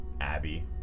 Abby